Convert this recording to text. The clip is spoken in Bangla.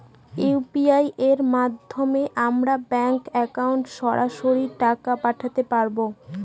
ইউ.পি.আই এর মাধ্যমে আমরা ব্যাঙ্ক একাউন্টে সরাসরি টাকা পাঠাতে পারবো?